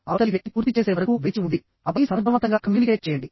అవతలి వ్యక్తి పూర్తి చేసే వరకు వేచి ఉండి ఆపై సమర్థవంతంగా కమ్యూనికేట్ చేయండి